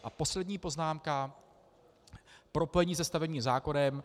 A poslední poznámka propojení se stavebním zákonem.